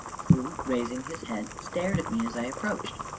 who, raising his head, stared at me as i approached.